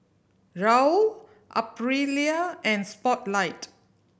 Raoul Aprilia and Spotlight